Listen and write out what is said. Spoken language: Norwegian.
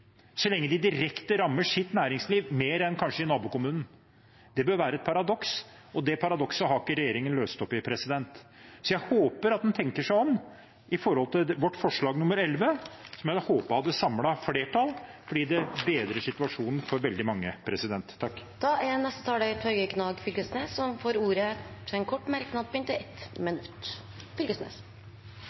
så lenge det direkte rammer deres næringsliv mer enn kanskje i nabokommunen. Det bør være et paradoks, og det paradokset har ikke regjeringen løst opp i. Så jeg håper at en tenker seg om når det gjelder vårt forslag nr. 11, som jeg hadde håpet hadde samlet flertall, fordi det bedrer situasjonen for veldig mange. Representanten Torgeir Knag Fylkesnes har hatt ordet to ganger tidligere i debatten og får ordet til en kort merknad, begrenset til 1 minutt.